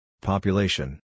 Population